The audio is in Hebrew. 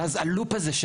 ואז הלופ הזה,